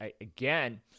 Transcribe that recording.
again